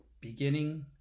beginning